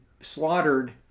slaughtered